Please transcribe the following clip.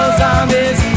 zombies